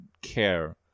Care